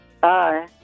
Bye